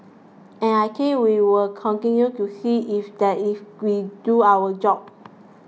and I think we will continue to see if that if we do our job